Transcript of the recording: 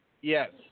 Yes